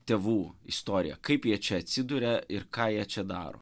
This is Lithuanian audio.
tėvų istorija kaip jie čia atsiduria ir ką jie čia daro